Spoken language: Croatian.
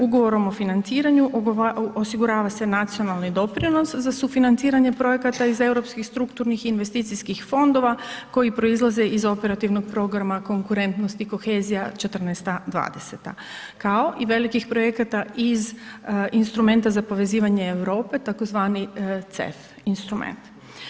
Ugovorom o financiranju osigurava se nacionalni doprinos za sufinanciranje projekata iz Europskih strukturnih investicijskih fondova koji proizlaze iz Operativnog programa Konkurentnost i kohezija '14.-'20., kao i velikih projekata iz instrumenta za povezivanje Europe tzv. CEF instrument.